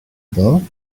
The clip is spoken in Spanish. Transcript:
todo